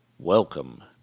Welcome